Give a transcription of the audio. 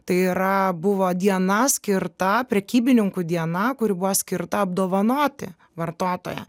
tai yra buvo diena skirta prekybininkų diena kuri buvo skirta apdovanoti vartotoją